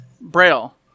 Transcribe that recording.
Braille